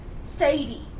Sadie